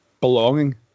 belonging